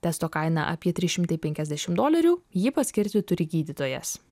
testo kaina apie trys šimtai penkiasdešim dolerių jį paskirti turi gydytojas